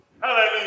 Hallelujah